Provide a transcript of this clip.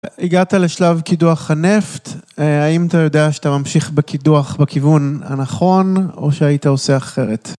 הגעת לשלב קידוח הנפט, האם אתה יודע שאתה ממשיך בקידוח בכיוון הנכון או שהיית עושה אחרת?